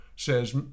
says